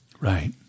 Right